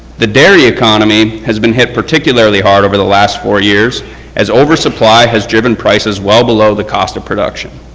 the dairy economy has been hit particularly hard over the last four years as oversupply has driven prices well below the cost of production.